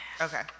Okay